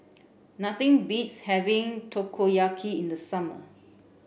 nothing beats having Takoyaki in the summer